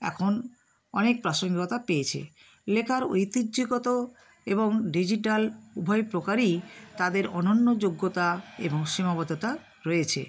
এখন অনেক প্রাসঙ্গিকতা পেয়েছে লেখার ঐতিহ্যগত এবং ডিজিটাল উভয় প্রকারই তাদের অন্যান্য যোগ্যতা এবং সীমাবদ্ধতা রয়েছে